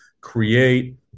create